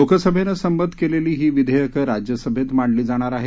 लोकसभेनं संमत केलेली ही विधेयकं राज्यसभेत मांडली जाणार आहेत